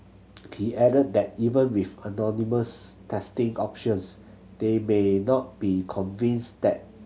he added that even with anonymous testing options they may not be convinced that